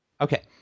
Okay